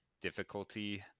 difficulty